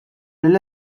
lill